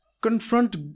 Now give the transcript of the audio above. confront